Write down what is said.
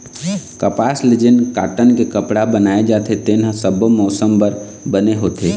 कपसा ले जेन कॉटन के कपड़ा बनाए जाथे तेन ह सब्बो मउसम बर बने होथे